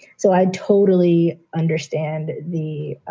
so i totally understand the,